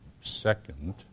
second